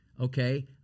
okay